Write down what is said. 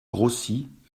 grossit